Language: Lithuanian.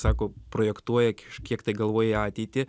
sako projektuoja kažkiek tai galvoja į ateitį